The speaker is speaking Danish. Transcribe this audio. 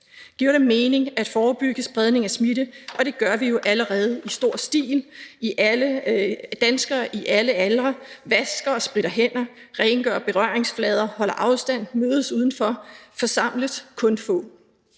giver det mening at forebygge spredningen af smitte, og det gør vi jo allerede i stor stil. Danskere i alle aldre vasker og spritter hænderne af, rengør berøringsflader, holder afstand, mødes udenfor, forsamles kun få.